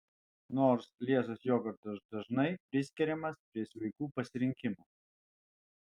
nors liesas jogurtas dažnai priskiriamas prie sveikų pasirinkimų